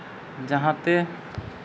ᱡᱟᱦᱟᱸ ᱛᱮ